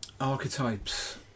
archetypes